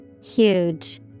Huge